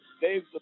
Dave